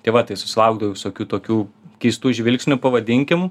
tai va tai susilaukdavau visokių tokių keistų žvilgsnių pavadinkim